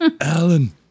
Alan